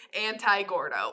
anti-gordo